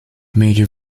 mayor